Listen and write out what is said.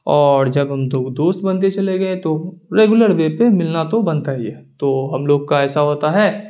اور جب ہم دوست بنتے چلے گئے تو ریگولر وے پہ ملنا تو بنتا ہی ہے تو ہم لوگ کا ایسا ہوتا ہے